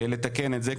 לתקן את זה,